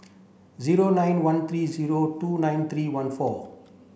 zero nine one three zero two nine three one four